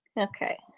Okay